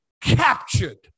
captured